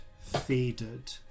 faded